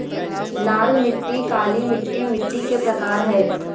लाल मिट्टी, काली मिट्टी मिट्टी के प्रकार हय